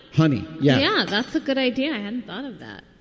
honey. yeah. that's a good idea. and thought of that